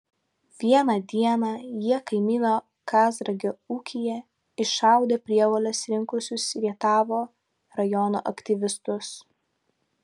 vieną dieną jie kaimyno kazragio ūkyje iššaudė prievoles rinkusius rietavo rajono aktyvistus